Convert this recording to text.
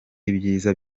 ibyiza